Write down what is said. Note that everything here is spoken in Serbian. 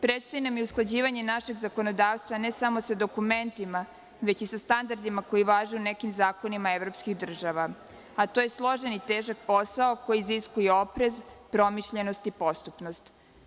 Predstoji nam usklađivanje našeg zakonodavstva, ne samo sa dokumentima, već i sa standardima koji važe u nekim zakonima evropskih država, a to je složen i težak posao koji iziskuje oprez, promišljenost i postupnost.